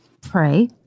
Pray